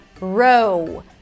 row